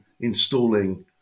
installing